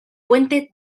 puente